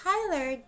Tyler